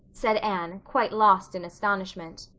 said anne, quite lost in astonishment.